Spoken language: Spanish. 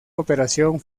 operación